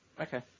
okay